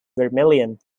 vermillion